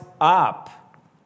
up